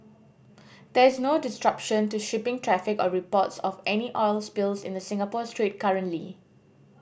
there is no disruption to shipping traffic or reports of any oil spills in the Singapore Strait currently